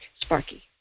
Sparky